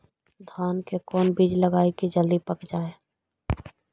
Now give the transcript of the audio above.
धान के कोन बिज लगईयै कि जल्दी पक जाए?